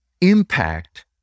impact